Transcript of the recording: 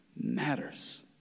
matters